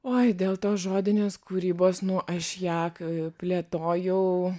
oi dėl to žodinės kūrybos nu aš ją k plėtoju